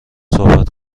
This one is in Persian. صحبت